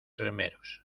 remeros